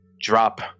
drop